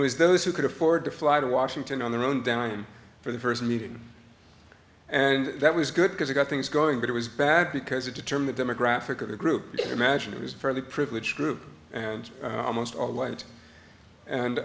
it was those who could afford to fly to washington on their own down time for the first meeting and that was good because it got things going but it was bad because it determine the demographic of the group imagine it was a fairly privileged group and almost all white and